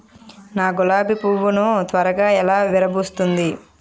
నా గులాబి పువ్వు ను త్వరగా ఎలా విరభుస్తుంది?